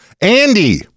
Andy